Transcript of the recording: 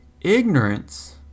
ignorance